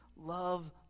love